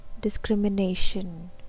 discrimination